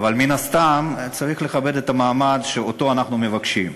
אבל מן הסתם צריך לכבד את המעמד שאנחנו מבקשים.